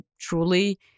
truly